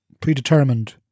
predetermined